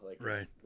Right